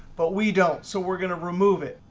but we don't, so we're going to remove it.